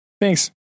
Thanks